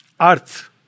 Earth